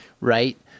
right